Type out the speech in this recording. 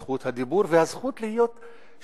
זכות הדיבור והזכות להיות שונה,